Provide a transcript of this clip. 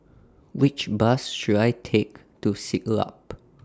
Which Bus should I Take to Siglap